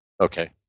Okay